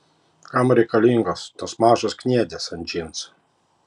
kam reikalingos tos mažos kniedės ant džinsų